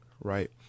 right